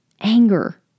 anger